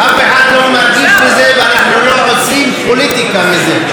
אף אחד לא מרגיש בזה ואנחנו לא עושים פוליטיקה מזה.